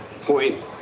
point